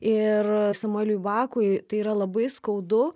ir samueliui bakui tai yra labai skaudu